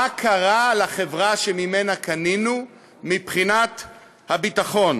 קרה לחברה שממנה קנינו מבחינת הביטחון.